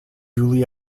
duly